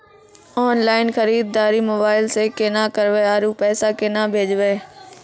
Online खरीददारी mobile से केना करबै, आरु पैसा केना भेजबै?